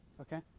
Okay